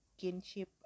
kinship